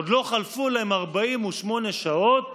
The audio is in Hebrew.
עוד לא חלפו להן 48 שעות